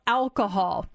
alcohol